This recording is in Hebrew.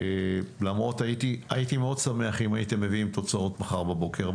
למרות שהייתי מאוד שמח אם הייתם מביאים תוצאות מחר בבוקר.